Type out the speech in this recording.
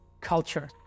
culture